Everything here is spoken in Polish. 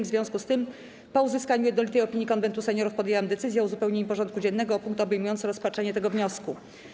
W związku z tym, po uzyskaniu jednolitej opinii Konwentu Seniorów, podjęłam decyzję o uzupełnieniu porządku dziennego o punkt obejmujący rozpatrzenie tego wniosku.